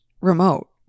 remote